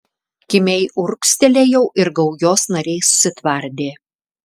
kimiai urgztelėjau ir gaujos nariai susitvardė